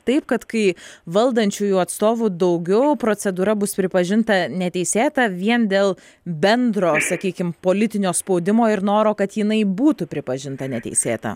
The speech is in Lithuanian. taip kad kai valdančiųjų atstovų daugiau procedūra bus pripažinta neteisėta vien dėl bendro sakykim politinio spaudimo ir noro kad jinai būtų pripažinta neteisėta